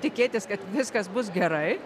tikėtis kad viskas bus gerai